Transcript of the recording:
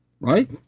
right